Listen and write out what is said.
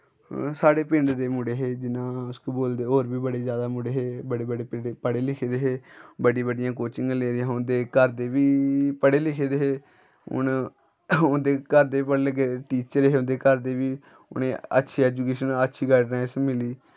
साढ़े पिंड दे मुड़े हे जि'यां बोलदे होर बी बड़े मुड़े हे बड़े बड़े पढ़े लिखे दे हे बड्डियां बड्डियां कोचिंगा लेई दियां हां उं'दे घर बी पढ़े लिखे दे हे हून उं'दे घर दे बी बड़े लग्गे टीचर हे उं'दे घर दे बी उ'नें अच्छी ऐजुकेशन अच्छी गाइडनस मिली